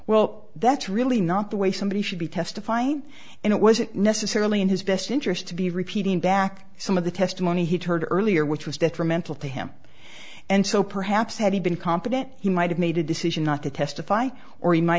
well that's really not the way somebody should be testifying and it wasn't necessarily in his best interest to be repeating back some of the testimony he turned earlier which was detrimental to him and so perhaps had he been competent he might have made a decision not to testify or he might